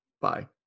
Bye